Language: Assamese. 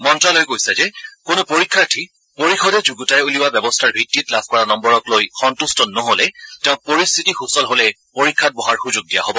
মন্ত্যালয়ে কৈছে যে কোনো পৰীক্ষাৰ্থী পৰিষদে যুগুতাই উলিওৱা ব্যৱস্থাৰ ভিত্তিত লাভ কৰা নম্বৰক লৈ সন্তট্ নহলে তেওঁক পৰিস্থিতি সুচল হলে পৰীক্ষাত বহাৰ সুযোগ দিয়া হ'ব